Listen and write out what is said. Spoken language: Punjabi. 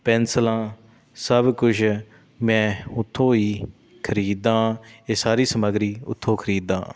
ਪੈਨਸਲਾਂ ਸਭ ਕੁਛ ਮੈਂ ਉੱਥੋਂ ਹੀ ਖਰੀਦਦਾ ਇਹ ਸਾਰੀ ਸਮੱਗਰੀ ਉੱਥੋਂ ਖਰੀਦਦਾ ਹਾਂ